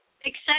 exciting